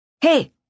Hey